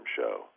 show